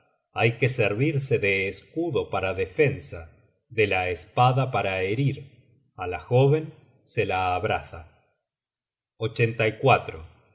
hay que servirse de escudo para defensa de la espada para herir á la jóven se la abraza